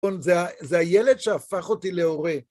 זה הילד שהפך אותי להורה.